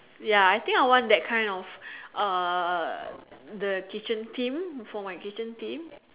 ya I think I want that kind of uh the kitchen theme for my kitchen theme